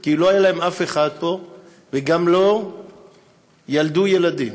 כי לא היה להם אף אחד פה והם גם לא ילדו ילדים.